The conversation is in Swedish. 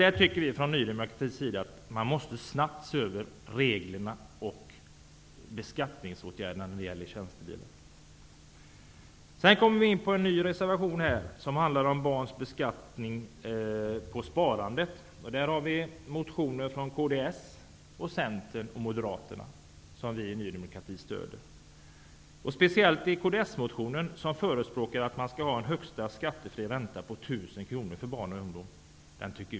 Vi i Ny demokrati tycker att man snabbt måste se över reglerna och beskattningen när det gäller tjänstebilar. Sedan kommer jag in på en reservation om beskattningen av barns sparande. Där finns motioner från kds, Centern och Moderaterna som vi i Ny demokrati stöder. Speciellt kds-motionen är mycket bra, där man förespråkar att en skattefri ränta införs på högst 1 000 kr för barn och ungdomar.